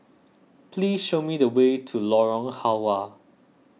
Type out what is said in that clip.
please show me the way to Lorong Halwa